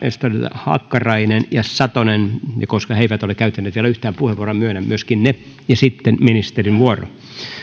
hakkarainen ja satonen koska he eivät ole käyttäneet vielä yhtään puheenvuoroa myönnän myöskin ne ja sitten on ministerin vuoro